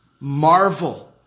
marvel